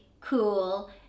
cool